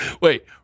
Wait